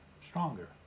stronger